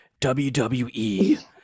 wwe